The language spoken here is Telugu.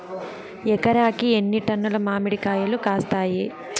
ఎకరాకి ఎన్ని టన్నులు మామిడి కాయలు కాస్తాయి?